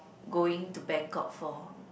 going to Bangkok for